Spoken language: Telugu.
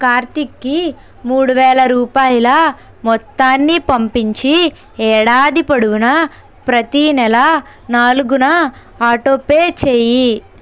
కార్తీక్కి మూడు వేల రూపాయల మొత్తాన్ని పంపించి ఏడాది పొడవునా ప్రతీ నెల నాలుగున ఆటోపే చెయ్యి